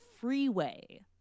Freeway